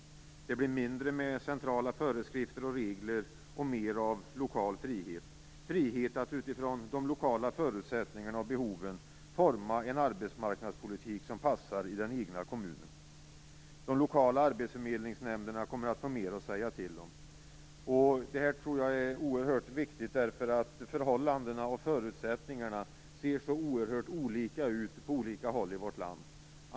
Det blir mindre av centrala föreskrifter och regler och mer av lokal frihet - frihet att utifrån de lokala förutsättningarna och behoven forma en arbetsmarknadspolitik som passar i den egna kommunen. De lokala arbetsförmedlingsnämnderna kommer att få mer att säga till om. Detta tror jag är oerhört viktigt, därför att förhållandena och förutsättningarna ser så olika ut på olika håll i vårt land.